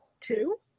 Two